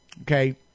okay